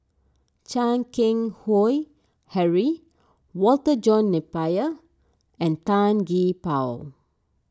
Chan Keng Howe Harry Walter John Napier and Tan Gee Paw